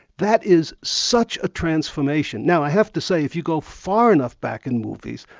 that is such a transformation. now i have to say if you go far enough back in movies,